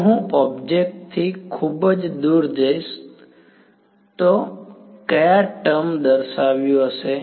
જો હું ઓબ્જેક્ટ થી ખૂબ દૂર જઈશ તો કયા ટર્મ દાર્શાવ્યું ધરાવશે